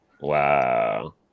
Wow